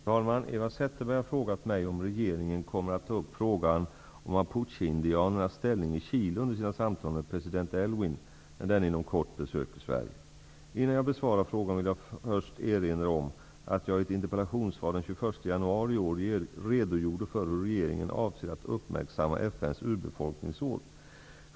Herr talman! Eva Zetterberg har frågat mig om regeringen kommer att ta upp frågan om mapucheindianernas ställning i Chile under sina samtal med president Aylwin när denne inom kort besöker Sverige. Innan jag besvarar frågan vill jag först erinra om att jag i ett interpellationssvar den 21 januari i år redogjorde för hur regeringen avser att uppmärksamma FN:s urbefolkningsår.